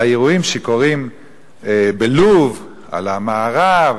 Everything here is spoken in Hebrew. על האירועים בלוב, על המערב,